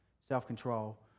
self-control